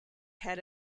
head